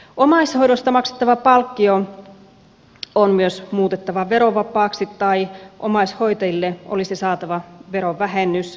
omaishoidosta maksettava palkkio on myös muutettava verovapaaksi tai omaishoitajille olisi saatava verovähennys